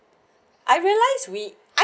I realise we